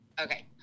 Okay